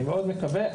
אני מאוד מקווה,